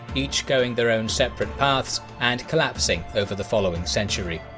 each going their own separate paths and collapsing over the following century.